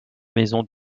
maisons